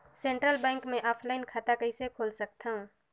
Central bank मे offline खाता कइसे खोल सकथव?